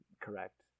correct